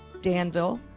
danville,